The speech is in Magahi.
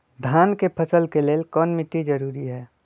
धान के फसल के लेल कौन मिट्टी जरूरी है?